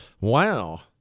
wow